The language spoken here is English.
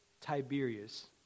Tiberius